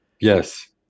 yes